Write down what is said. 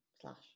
slash